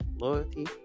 Loyalty